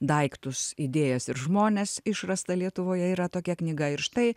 daiktus idėjas ir žmones išrasta lietuvoje yra tokia knyga ir štai